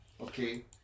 Okay